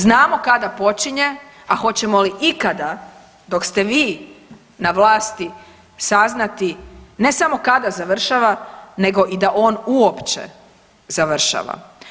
Znamo kada počinje, a hoćemo li ikada dok ste vi na vlasti saznati ne samo kada završava nego i da on uopće završava.